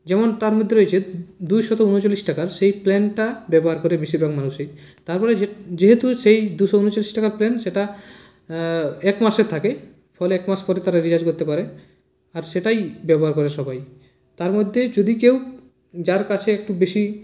যেমন তার মধ্যে রয়েছে দুইশত উনচল্লিশ টাকা সেই প্ল্যানটা ব্যবহার করে বেশিরভাগ মানুষেই তার ফলে যেহেতু সেই দুশো উনচল্লিশ টাকার প্ল্যান সেটা এক মাসের থাকে ফলে এক মাস পরে তারা রিচার্জ করতে পারে আর সেটাই ব্যবহার করে সবাই তার মধ্যে যদি কেউ যার কাছে একটু বেশি